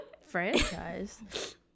franchise